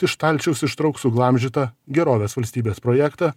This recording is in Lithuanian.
iš stalčiaus ištrauks suglamžytą gerovės valstybės projektą